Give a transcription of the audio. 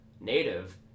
native